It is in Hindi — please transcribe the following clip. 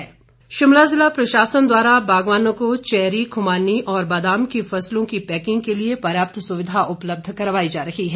पैकिंग मैट्रियल शिमला ज़िला प्रशासन द्वारा बागवानों को चैरी खुमानी और बादाम की फसलों की पैकिंग के लिए पर्याप्त सुविधा उपलब्ध करवाई जा रही है